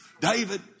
David